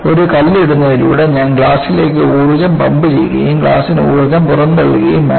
ഒരു കല്ല് ഇടുന്നതിലൂടെ ഞാൻ ഈ ഗ്ലാസിലേക്ക് ഊർജ്ജം പമ്പ് ചെയ്യുകയും ഗ്ലാസിന് ഊർജ്ജം പുറന്തള്ളുകയും വേണം